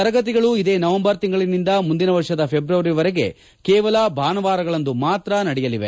ತರಗತಿಗಳು ಇದೇ ನವೆಂಬರ್ ತಿಂಗಳಿನಿಂದ ಮುಂದಿನ ವರ್ಷದ ಥೆಬ್ರವರಿವರೆಗೆ ಕೇವಲ ಭಾನುವಾರಗಳಂದು ಮಾತ್ರ ನಡೆಯಲಿದೆ